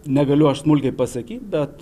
negaliu aš smulkiai pasakyt bet